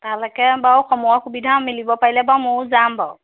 তালৈকে বাৰু সময় সুবিধা মিলিব পাৰিলে বাৰু ময়ো যাম বাৰু